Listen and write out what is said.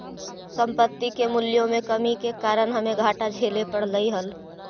संपत्ति के मूल्यों में कमी के कारण हमे घाटा झेले पड़लइ हल